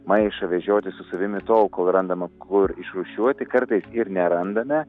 maišą vežiotis su savim ir tol kol randama kur išrūšiuoti kartais ir nerandame